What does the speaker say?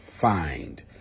find